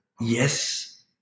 yes